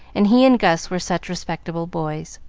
and he and gus were such respectable boys.